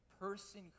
person